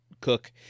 cook